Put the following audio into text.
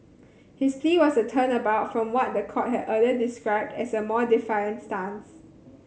his plea was a turnabout from what the court had earlier described as a more defiant stance